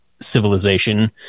civilization